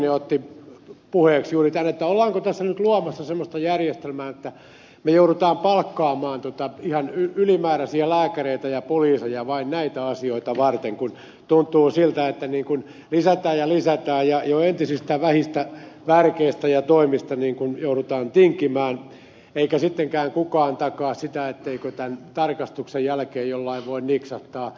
jokinen otti puheeksi juuri tämän ollaanko tässä nyt luomassa semmoista järjestelmää että me joudumme palkkaamaan ihan ylimääräisiä lääkäreitä ja poliiseja vain näitä asioita varten kun tuntuu siltä että lisätään ja lisätään ja jo entisistään vähistä värkeistä ja toimista joudutaan tinkimään eikä sittenkään kukaan takaa sitä etteikö tämän tarkastuksen jälkeen jollain voi niksahtaa